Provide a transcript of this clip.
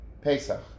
Pesach